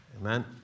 amen